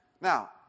Now